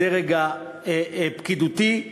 בדרג הפקידותי,